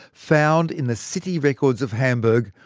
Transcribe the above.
found in the city records of hamburg,